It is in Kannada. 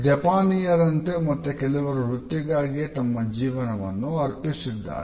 ಜಪಾನೀಯರಂತೆ ಮತ್ತೆ ಕೆಲವರು ವೃತ್ತಿ ಗಾಗಿಯೇ ತಮ್ಮ ಜೀವನವನ್ನು ಅರ್ಪಿಸಿದ್ದಾರೆ